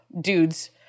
dudes